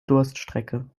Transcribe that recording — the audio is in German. durststrecke